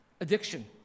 addiction